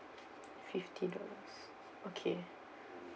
fifty dollars okay